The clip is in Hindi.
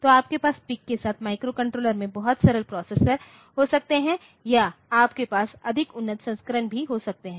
तो आपके पास PIC के साथ माइक्रोकंट्रोलर में बहुत सरल प्रोसेसर हो सकते है या आपके पास अधिक उन्नत संस्करण भी हो सकते हैं